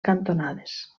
cantonades